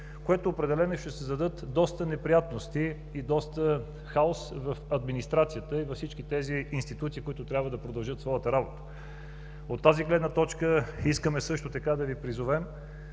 което определено ще създаде неприятности и доста хаос в администрацията и във всички тези институции, които трябва да продължат своята работа. От тази гледна точка, искаме да Ви призовем,